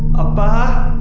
ah by